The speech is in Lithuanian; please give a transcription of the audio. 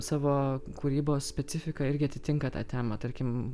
savo kūrybos specifika irgi atitinka tą temą tarkim